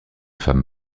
femme